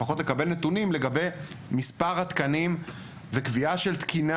לפחות לקבל נתונים לגבי מספר התקנים וקביעה של תקינה,